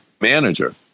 manager